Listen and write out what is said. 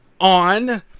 on